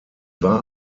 war